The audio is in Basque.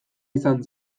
izan